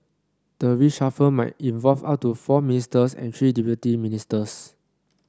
the reshuffle might involve up to four ministers and three deputy ministers